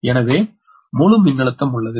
எனவே முழு மின்னழுத்தம் உள்ளது